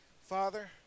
Father